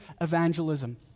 evangelism